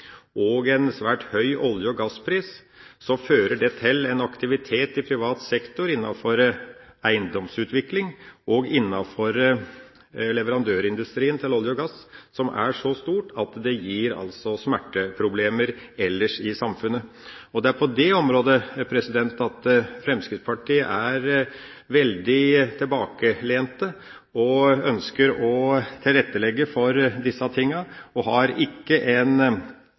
nemlig et svært lavt rentenivå og en svært høy olje- og gasspris, fører det til aktivitet i privat sektor innenfor eiendomsutvikling og innenfor leverandørindustrien til olje og gass, som er så stort at det gir smerteproblemer ellers i samfunnet. Det er på det området Fremskrittspartiet er veldig tilbakelent. De ønsker å tilrettelegge for disse tingene og har ikke en